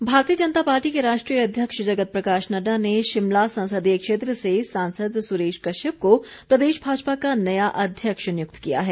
अध्यक्ष भारतीय जनता पार्टी के राष्ट्रीय अध्यक्ष जगत प्रकाश नड्डा ने शिमला संसदीय क्षेत्र से सांसद सुरेश कश्यप को प्रदेश भाजपा का नया अध्यक्ष नियुक्त किया है